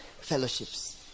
fellowships